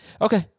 okay